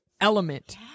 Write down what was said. element